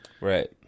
Right